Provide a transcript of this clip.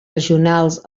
regionals